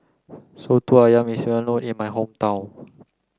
Soto Ayam is well known in my hometown